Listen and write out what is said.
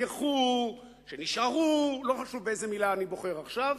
שנלקחו שנשארו, לא חשוב באיזו מלה אני בוחר עכשיו,